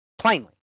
plainly